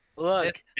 Look